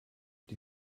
die